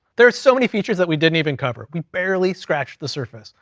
there are so many features that we didn't even cover. we barely scratched the surface.